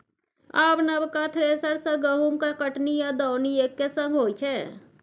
आब नबका थ्रेसर सँ गहुँमक कटनी आ दौनी एक्के संग होइ छै